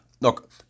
Look